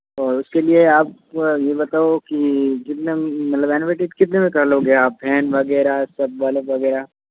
और उसके लिए आप ये बताओ कि कितना मतलब इनोवेटिव कितने में कर लोगे आप फैन वगैरह सब बल्ब वगैरह